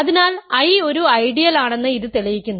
അതിനാൽ I ഒരു ഐഡിയലാണെന്ന് ഇത് തെളിയിക്കുന്നു